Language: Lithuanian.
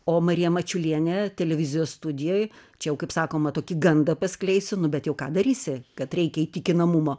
o marija mačiulienė televizijos studijoj čia jau kaip sakoma tokį gandą paskleisiu nu bet jau ką darysi kad reikia įtikinamumo